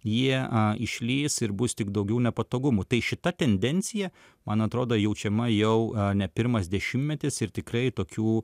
jie išlįs ir bus tik daugiau nepatogumų tai šita tendencija man atrodo jaučiama jau ne pirmas dešimtmetis ir tikrai tokių